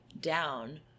down